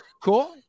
Cool